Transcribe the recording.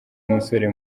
musore